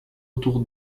autour